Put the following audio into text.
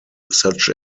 such